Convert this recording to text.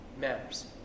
matters